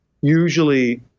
usually